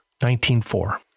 19.4